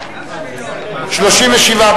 ההסתייגות של חבר הכנסת שי חרמש לסעיף 37(27)